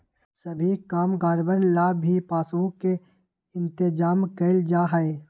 सभी कामगारवन ला भी पासबुक के इन्तेजाम कइल जा हई